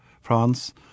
France